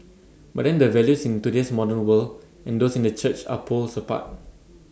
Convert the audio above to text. but then the values in today's modern world and those in the church are poles apart